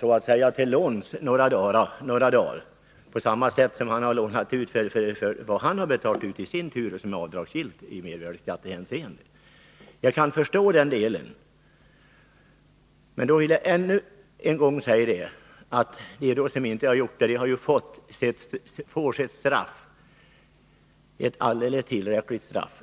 så att säga till låns några dagar, på samma sätt som han har lånat ut vad han betalat, vilket i sin tur är avdragsgillt i mervärdeskattehänseende. Jag kan förstå den delen, men då vill jag ännu en gång säga att de som inte fått denna utbetalning får ett alldeles tillräckligt straff.